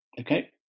Okay